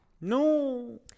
No